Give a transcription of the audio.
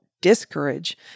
discourage